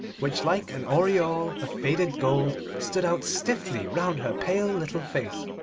which like an aureole of faded gold stood out stiffly round her pale little face,